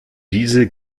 diese